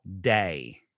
day